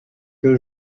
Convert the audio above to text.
que